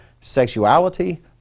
sexuality